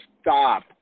stop